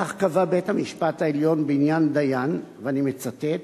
כך קבע בית-המשפט העליון בעניין דיין, ואני מצטט: